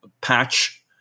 patch